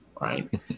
right